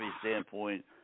standpoint